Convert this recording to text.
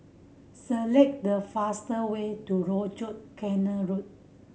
select the fastest way to Rochor Canal Road